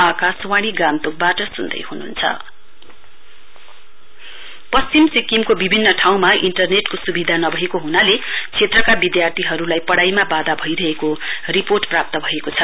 West Sikkim student पश्चिम सिक्किमको विभिन्न ठाँउमा इन्टरनेटको सुविधा नभएको हुनाले क्षेत्रका विधार्थीहरुलाई पढ़ाइमा वाधा भइरहेको रिपोर्ट प्राप्त भएको छ